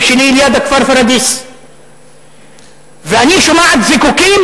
שלי ליד הכפר פורידיס ואני שומעת זיקוקים.